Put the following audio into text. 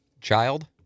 child